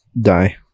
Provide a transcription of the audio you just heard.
Die